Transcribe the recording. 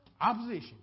opposition